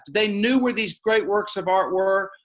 they knew were these great works of art were,